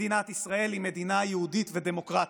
מדינת ישראל היא מדינה יהודית ודמוקרטית.